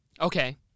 Okay